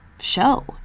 show